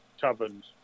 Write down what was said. taverns